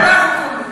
איפה כולם?